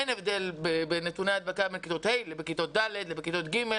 אין הבדל בנתוני ההדבקה בין כיתות ה' לכיתות ד' לכיתות ג',